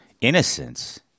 Innocence